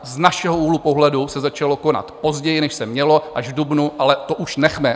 Z našeho úhlu pohledu se začalo konat později, než se mělo, až v dubnu, ale to už nechme.